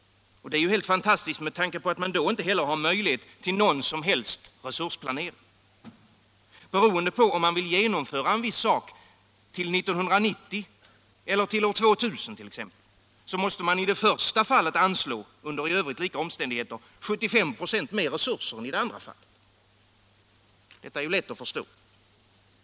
Det är ju helt fantastiskt med tanke på att man då inte heller har möjlighet till någon som helst resursplanering. Beroende på om man vill genomföra en viss sak till exempelvis 1990 eller till år 2000 måste man i första fallet under i övrigt lika omständigheter anslå 75 26 mer resurser än i andra fall. Detta är ju lätt att förstå.